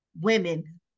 women